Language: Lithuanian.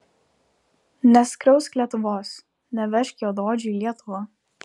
neskriausk lietuvos nevežk juodaodžių į lietuvą